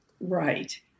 right